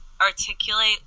articulate